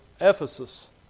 Ephesus